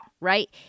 right